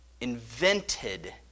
invented